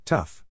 Tough